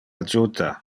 adjuta